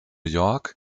york